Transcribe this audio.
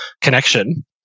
connection